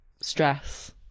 stress